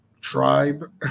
Tribe